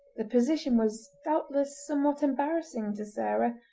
the position was doubtless somewhat embarrassing to sarah,